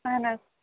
اَہَن حظ